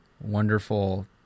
wonderful